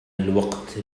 الوقت